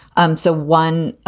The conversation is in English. um so one